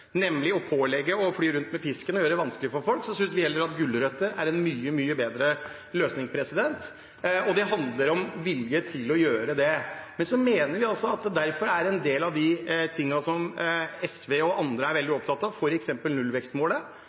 nemlig å pålegge og fly rundt med pisken og gjøre det vanskelig for folk. Vi synes heller at gulrøtter er en mye bedre løsning, og det handler om vilje til å gjøre det. Vi ser derfor når det gjelder en del av de tingene som SV og andre er veldig opptatt av, f.eks. nullvekstmålet,